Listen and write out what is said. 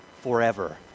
forever